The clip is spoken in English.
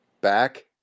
Back